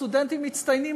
סטודנטים מצטיינים,